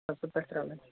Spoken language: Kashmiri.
اَصٕل پٲٹھۍ رَلٕنۍ